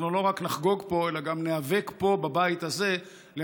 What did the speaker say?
לא רק נחגוג פה אלא גם ניאבק פה בבית הזה למען